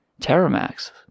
Terramax